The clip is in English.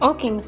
Okay